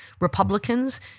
Republicans